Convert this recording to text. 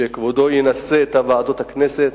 שכבודו ינסה את ועדות הכנסת,